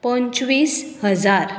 पंचवीस हजार